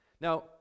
Now